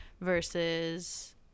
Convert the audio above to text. versus